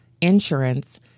insurance